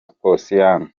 posiyani